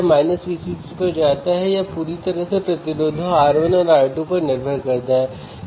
loading प्रभाव दिखेगा